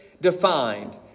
defined